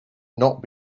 not